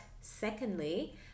secondly